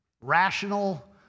Rational